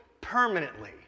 permanently